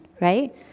right